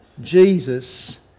Jesus